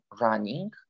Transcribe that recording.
running